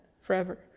forever